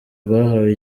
rwahawe